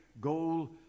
goal